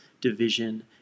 division